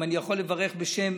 אם אני יכול לברך בשם